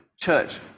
church